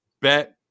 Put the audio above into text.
bet